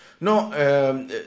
No